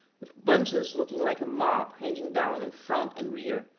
with bunches looking like a mop hanging down in front and rear,